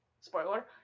Spoiler